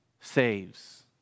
saves